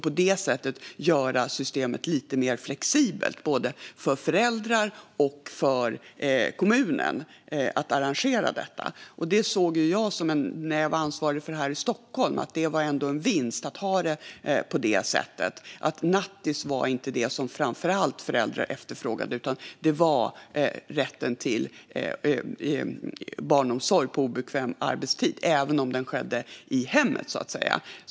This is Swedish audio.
På det sättet kan man göra systemet lite mer flexibelt och lättare att arrangera både för föräldrar och för kommunen. Det såg jag när jag var ansvarig för detta i Stockholm; det var en vinst att ha det på det sättet. Nattis var inte det som föräldrar framför allt efterfrågade, utan det var rätten till barnomsorg på obekväm arbetstid - även om den skedde i hemmet.